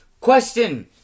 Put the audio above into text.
Question